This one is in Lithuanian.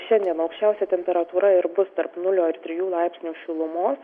šiandien aukščiausia temperatūra ir bus tarp nulio ir trijų laipsnių šilumos